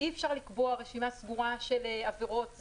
ואי אפשר לקבוע רשימה סגורה של עבירות.